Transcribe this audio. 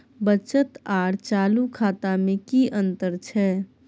बचत आर चालू खाता में कि अतंर छै?